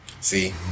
See